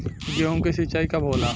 गेहूं के सिंचाई कब होला?